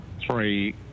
three